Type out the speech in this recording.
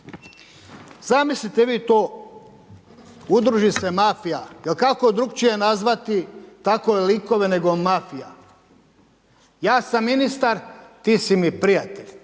Zamislite vi to, udruži se mafija jer kako drukčije nazvati takove likove nego mafija. Ja sam ministar, ti si mi prijatelj